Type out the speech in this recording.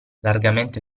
largamente